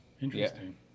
Interesting